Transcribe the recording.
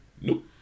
nope